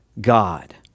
God